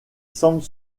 semble